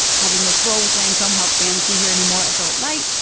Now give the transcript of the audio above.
having this role with lancome helped fans see her in a more adult light,